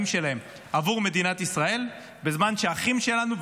שלהם עבור מדינת ישראל בזמן שהאחים שלנו,